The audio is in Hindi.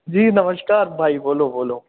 जी नमस्कार भाई बोलो बोलो